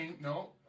No